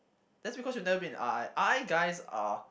that's because you've never been in R_I R_I guys are